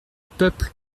peuple